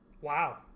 Wow